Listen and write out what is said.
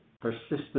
persistent